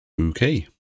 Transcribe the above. Okay